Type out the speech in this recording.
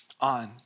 on